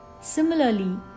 Similarly